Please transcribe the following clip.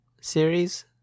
series